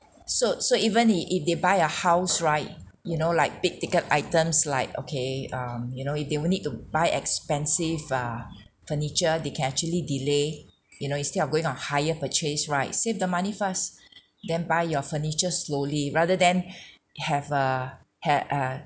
so so even if if they buy a house right you know like big ticket items like okay um you know if they will need to buy expensive uh furniture they can actually delay you know instead of going on hire purchase right save the money first then buy your furnitures slowly rather than have a had err